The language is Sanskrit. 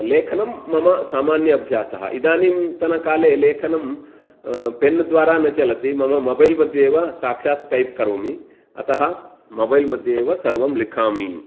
लेखनं मम सामान्य अभ्यासः इदानीन्तनकाले लेखनं पेन् द्वारा न चलति मम मोबैल् मध्ये एव साक्षात् टैप् करोमि अतः मोबैल् मध्ये एव सर्वं लिखामि